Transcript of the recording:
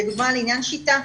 לדוגמה לעניין 'שיטה',